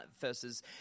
versus